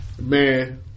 man